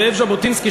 זאב ז'בוטינסקי,